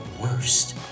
worst